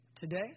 today